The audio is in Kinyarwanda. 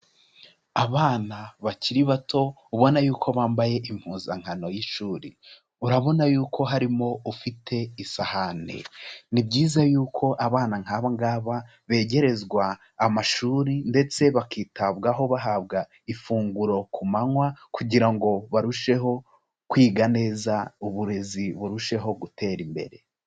Abana bakiri bato ubona yuko bambaye impuzankano y'ishuri urabona yuko harimo ufite isahane, ni byiza yuko abana nk'aba ngaba begerezwa amashuri ndetse bakitabwaho bahabwa ifunguro ku manywa kugira ngo barusheho kwiga neza uburezi burusheho gutera imbere.